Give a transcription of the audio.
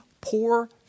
poor